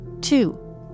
Two